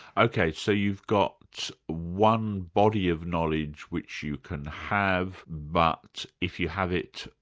ok, so you've got one body of knowledge which you can have, but if you have it,